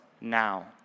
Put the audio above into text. now